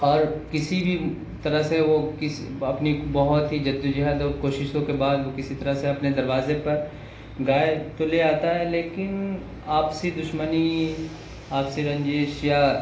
اور کسی بھی طرح سے وہ اپنی بہت ہی جد و جہد اور کوششوں کے بعد وہ کسی طرح سے اپنے دروازے پر گائے تو لے آتا ہے لیکن آپسی دشمنی آپسی رنجش یا